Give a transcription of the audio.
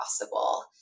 possible